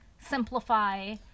simplify